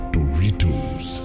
Doritos